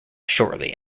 shortly